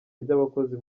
ry’abakozi